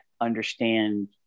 understand